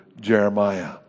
Jeremiah